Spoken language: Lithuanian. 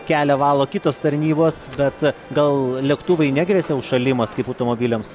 kelią valo kitos tarnybos bet gal lėktuvui negresia užšalimas kaip automobiliams